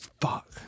fuck